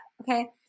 okay